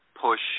push